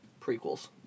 prequels